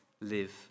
live